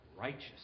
Righteous